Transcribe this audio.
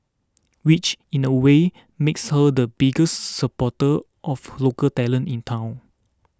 which in a way makes her the biggest supporter of local talent in town